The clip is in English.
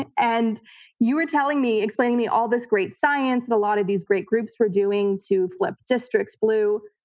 and and you were telling me, explaining to me all this great science that a lot of these great groups were doing to flip districts blue,